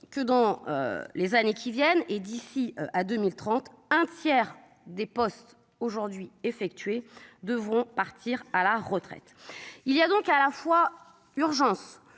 que dans les années qui viennent et d'ici à 2030 un tiers des postes aujourd'hui effectués devront partir à la retraite. Il y a donc à la fois, urgence,